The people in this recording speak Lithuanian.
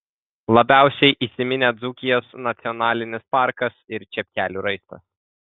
labiausiai įsiminė dzūkijos nacionalinis parkas ir čepkelių raistas